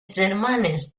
germanes